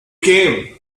came